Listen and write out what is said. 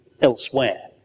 elsewhere